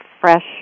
fresh